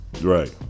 right